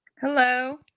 Hello